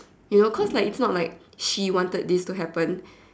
you know cause like it's not like she wanted this to happen